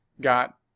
got